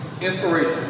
Inspiration